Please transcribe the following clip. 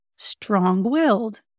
strong-willed